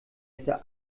hätte